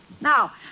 Now